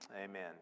amen